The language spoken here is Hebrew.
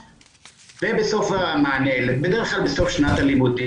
ובדרך כלל בסוף שנת הלימודים,